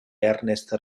ernest